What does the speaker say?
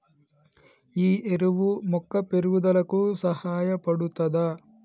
ఈ ఎరువు మొక్క పెరుగుదలకు సహాయపడుతదా?